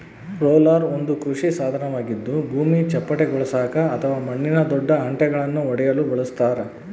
roller ಒಂದು ಕೃಷಿ ಸಾಧನವಾಗಿದ್ದು ಭೂಮಿ ಚಪ್ಪಟೆಗೊಳಿಸಾಕ ಅಥವಾ ಮಣ್ಣಿನ ದೊಡ್ಡ ಹೆಂಟೆಳನ್ನು ಒಡೆಯಲು ಬಳಸತಾರ